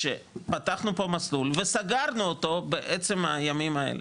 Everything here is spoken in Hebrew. כשפתחנו פה מסלול וסגרנו אותו בעיצומם של הימים האלו,